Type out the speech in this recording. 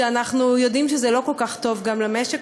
ואנחנו יודעים שזה לא כל כך טוב גם למשק,